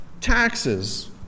taxes